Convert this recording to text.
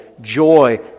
joy